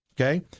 Okay